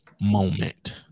moment